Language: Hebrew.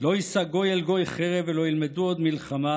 לא ישא גוי אל גוי חרב ולא ילמדו עוד מלחמה.